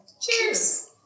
Cheers